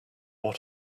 what